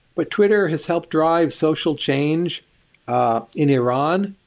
but twitter has helped drive social change ah in iran.